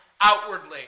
outwardly